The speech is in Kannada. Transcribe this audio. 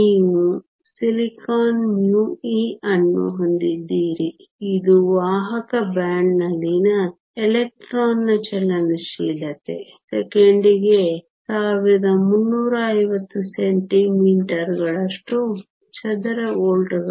ನೀವು ಸಿಲಿಕಾನ್ μe ಅನ್ನು ಹೊಂದಿದ್ದೀರಿ ಇದು ವಾಹಕ ಬ್ಯಾಂಡ್ನಲ್ಲಿನ ಎಲೆಕ್ಟ್ರಾನ್ನ ಚಲನಶೀಲತೆ ಸೆಕೆಂಡಿಗೆ 1350 ಸೆಂಟಿಮೀಟರ್ಗಳಷ್ಟು ಚದರ ವೋಲ್ಟ್ಗಳು